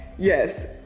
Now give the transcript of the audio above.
yes.